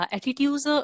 Attitudes